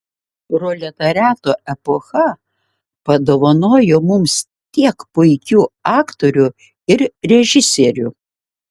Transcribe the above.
proletariato epocha padovanojo mums tiek puikių aktorių ir režisierių